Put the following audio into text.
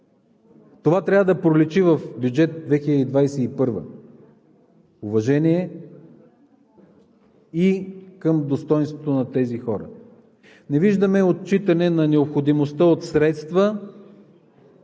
Това трябва да проличи в бюджет 2021-а – уважение и към достойнството на тези хора. Не виждаме отчитане на необходимостта от средства